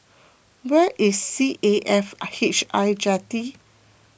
where is C A F I H I Jetty